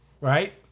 right